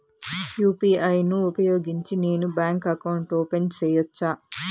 UPI ను ఉపయోగించి నేను బ్యాంకు అకౌంట్ ఓపెన్ సేయొచ్చా?